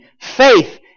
faith